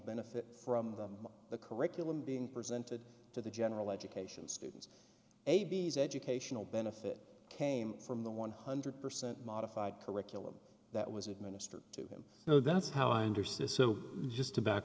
benefit from them the curriculum being presented to the general education students a b s educational benefit came from the one hundred percent modified curriculum that was administered to him no that's how i understood so just to back